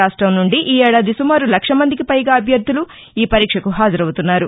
రాష్టం నుండి ఈ ఏడాది సుమారు లక్ష మందికి పైగా అభ్యర్థులు ఈ పరీక్షకు హాజరవుతున్నారు